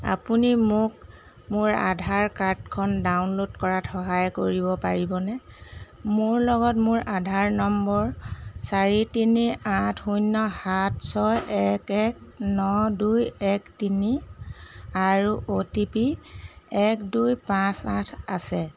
আপুনি মোক মোৰ আধাৰ কাৰ্ডখন ডাউনল'ড কৰাত সহায় কৰিব পাৰিবনে মোৰ লগত মোৰ আধাৰ নম্বৰ চাৰি তিনি আঠ শূন্য সাত ছয় এক এক ন দুই এক তিনি আৰু অ' টি পি এক দুই পাঁচ আঠ আছে